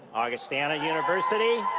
augustana university.